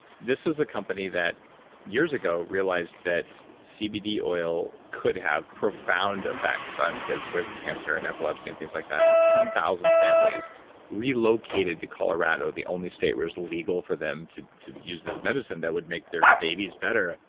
this was a company that years ago realized that cbd oil could have profound effects on and kids with cancer, and epilepsy, and things like that. and ten thousand families relocated to colorado, the only state where it was legal for them to to use this medicine that would make their babies better,